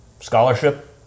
scholarship